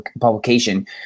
publication